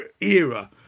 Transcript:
era